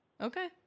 Okay